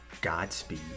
godspeed